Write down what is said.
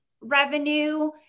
revenue